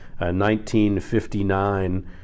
1959